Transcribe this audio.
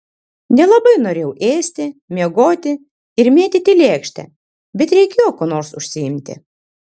nelabai norėjau ėsti miegoti ir mėtyti lėkštę bet reikėjo kuo nors užsiimti